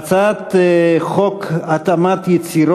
בהזדמנות זו,